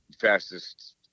fastest